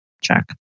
check